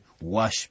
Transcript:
wash